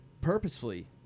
purposefully